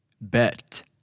Bet